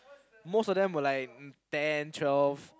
most of them were like ten twelve